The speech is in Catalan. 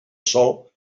sòl